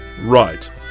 Right